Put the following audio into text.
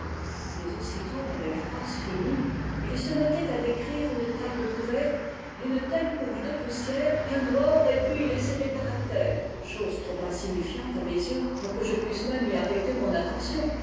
mais aussitôt la belle phrase finie il se mettait à décrire une table couverte d'une telle couche de poussière qu'un doigt aurait pu y tracer des caractères chose trop insignifiante à mes yeux pour que je pusse même y arrêter mon attention